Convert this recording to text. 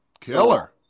Killer